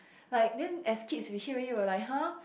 like then as kids we hear already will like !huh!